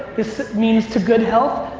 this means to good health.